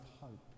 hope